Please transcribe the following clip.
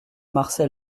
marcel